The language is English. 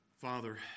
Father